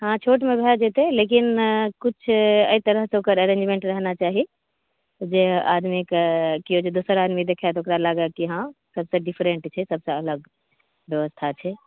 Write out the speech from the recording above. हँ छोटमे भए जेतै लेकिन किछु एहि तरहके ओकर अरेंजमेंट रहना चाही जे आदमीके केओ जे दोसर आदमी देखै तऽ ओकरा लागै कि हँ सभसे डिफरेंट छै सभसे अलग व्यवस्था छै